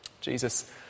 Jesus